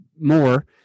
more